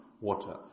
water